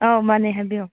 ꯑꯥꯎ ꯃꯥꯅꯦ ꯍꯥꯏꯕꯤꯌꯨ